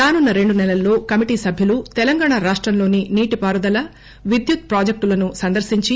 రానున్న రెండు సెలల్లో కమిటీ సభ్యులు తెలంగాణ రాష్టంలోని నీటిపారుదల విద్యుత్ ప్రాజెక్టులను సందర్పించి